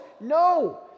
No